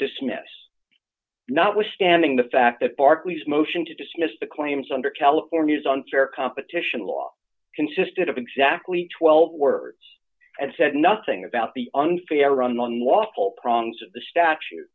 dismiss notwithstanding the fact that barclays motion to dismiss the claims under california's unfair competition law consisted of exactly twelve words and said nothing about the unfair unlawful prongs of the statu